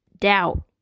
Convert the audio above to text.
Doubt